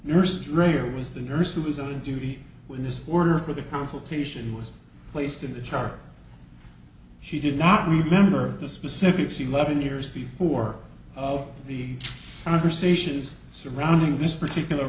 nurses rater was the nurse who was on duty when this order for the consultation was placed in the chart she did not remember the specifics eleven years before the conversations surrounding this particular